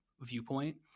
viewpoint